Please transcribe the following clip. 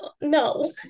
No